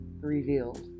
revealed